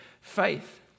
faith